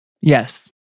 Yes